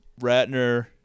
Ratner